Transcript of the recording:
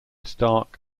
stark